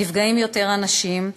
נפגעים יותר אנשים,